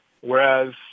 Whereas